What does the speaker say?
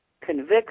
convicts